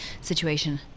situation